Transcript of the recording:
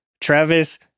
Travis